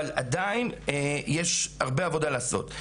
עדיין יש הרבה עבודה לעשות.